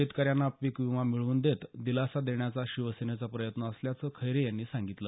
शेतकऱ्यांना पीक विमा मिळवून देत दिलासा देण्याचा शिवसेनेचा प्रयत्न असल्याचं खैरे यांनी सांगितलं